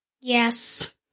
Yes